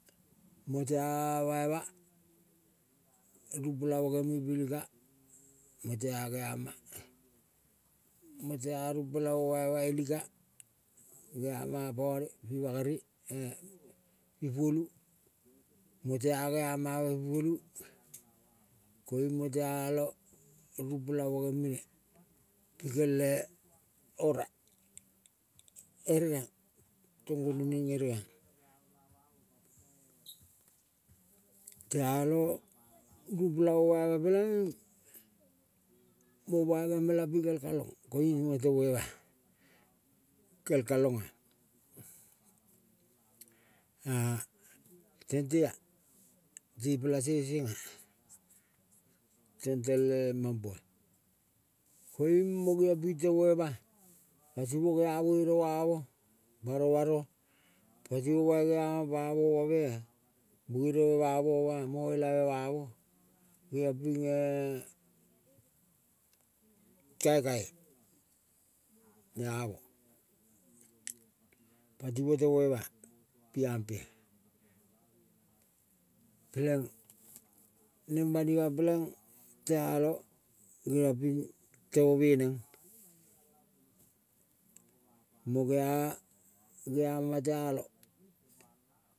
Mo tea rumpela mo gemi pi iga mo tea geama, motea rumpela mo bai iga geama pane pi bagaru e pi blu motea geama oma pi polu koiung mo tealong rumpela mo gemine pikele ora. Eriang pikel gonu ning eriang tealo rumpela mo bai ma pelenging mo bai gema pikela kalong koing mo temo ma-a. Kel kalonga-a tentea tepela tesenga tong tele mampo, koiung mo geongpi temoma-a, ko timo gea vere vamo baro baro patimo bai gea mapamo mamea mireve bamo ma moilave bamo geong ping kaikai amo. Patimo temo ma-a piampea peleng neng banima peleng tealo geong ping temo meneng mo gea, geam telo.